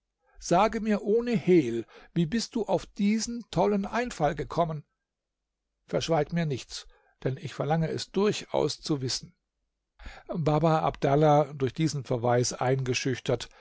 sage mir ohne hehl wie bist du auf diesen tollen einfall gekommen verschweig mir nichts denn ich verlange es durchaus zu wissen baba abdallah durch diesen verweis eingeschüchtert